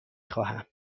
خواهم